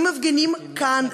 ומפגינים כאן,